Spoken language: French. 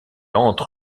entre